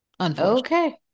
Okay